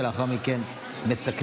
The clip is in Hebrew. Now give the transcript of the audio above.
לאחר מכן מסכמים,